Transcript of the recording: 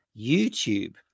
YouTube